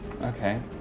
Okay